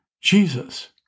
Jesus